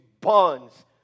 bonds